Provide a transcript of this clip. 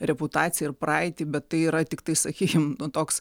reputaciją ir praeitį bet tai yra tiktai sakykim toks